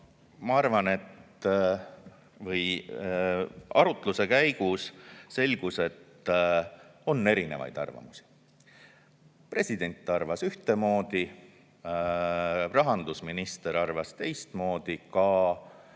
või mitte. Arutluse käigus selgus, et on erinevaid arvamusi. President arvas ühtemoodi, rahandusminister arvas teistmoodi, ka